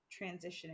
transitioning